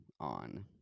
on